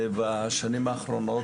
בשנים האחרונות,